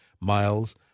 miles